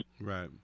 Right